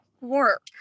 work